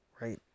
right